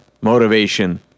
motivation